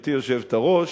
גברתי היושבת-ראש,